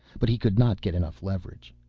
but he could not get enough leverage.